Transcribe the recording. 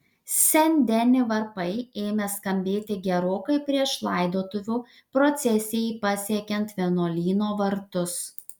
sen deni varpai ėmė skambėti gerokai prieš laidotuvių procesijai pasiekiant vienuolyno vartus